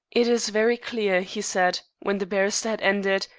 it is very clear, he said, when the barrister had ended,